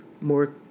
more